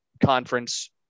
conference